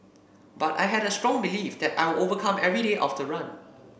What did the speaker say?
but I had a strong belief that I'll overcome every day of the run